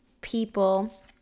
people